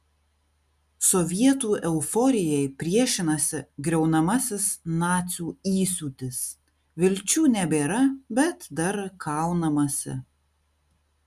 sovietų euforijai priešinasi griaunamasis nacių įsiūtis vilčių nebėra bet dar kaunamasi